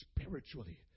spiritually